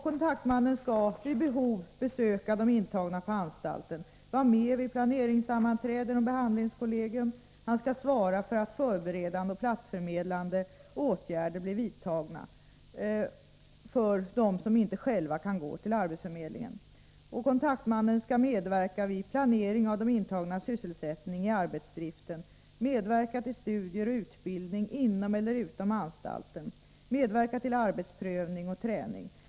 Kontaktmannen skall vid behov besöka de intagna på anstalten, vara med vid planeringssammanträden och behandlingskollegier, svara för att förbere 125 dande och platsförmedlande åtgärder blir vidtagna för dem som inte själva kan gå till arbetsförmedlingen. Kontaktmannen skall medverka vid planering av de intagnas sysselsättning i arbetsdriften, medverka till studier och utbildning inom eller utom anstalten, medverka till arbetsprövning och träning.